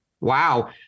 wow